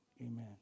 amen